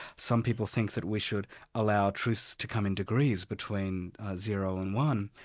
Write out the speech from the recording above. some people think that we should allow truth to come in degrees between zero and one.